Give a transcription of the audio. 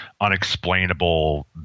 unexplainable